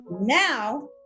Now